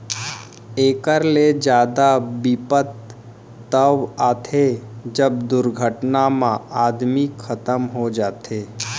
एकर ले जादा बिपत तव आथे जब दुरघटना म आदमी खतम हो जाथे